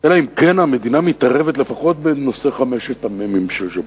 אלא אם כן המדינה מתערבת לפחות בנושא חמשת המ"מים של ז'בוטינסקי.